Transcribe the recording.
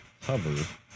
hover